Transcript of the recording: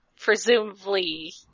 presumably